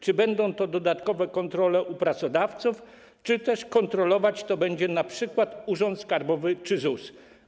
Czy będą to dodatkowe kontrole u pracodawców, czy też kontrolować to będzie np. Urząd Skarbowy czy ZUS?